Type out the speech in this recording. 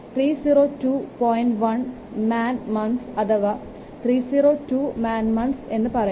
1 man months അഥവാ 302 man months എന്ന് പറയാം